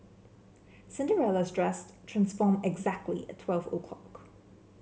Cinderella's dressed transformed exactly at twelve o'clock